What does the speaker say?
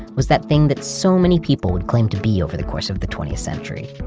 was that thing that so many people would claim to be over the course of the twentieth century,